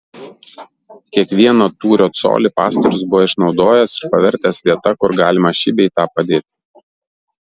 kiekvieną tūrio colį pastorius buvo išnaudojęs ir pavertęs vieta kur galima šį bei tą padėti